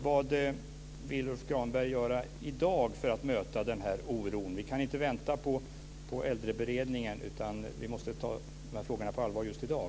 Vad tänker Lars Granberg göra i dag för att möta den här oron? Vi kan inte vänta på Äldreberedningen, utan vi måste ta dessa frågor på allvar just i dag.